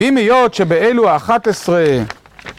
אם היות שבאלו ה-11...